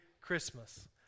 Christmas